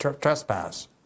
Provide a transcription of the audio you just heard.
trespass